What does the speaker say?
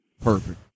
Perfect